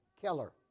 killer